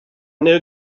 know